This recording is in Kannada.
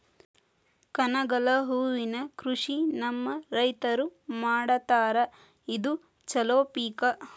ಕನಗಲ ಹೂವಿನ ಕೃಷಿ ನಮ್ಮ ರೈತರು ಮಾಡತಾರ ಇದು ಚಲೋ ಪಿಕ